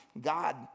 God